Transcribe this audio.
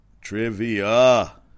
Trivia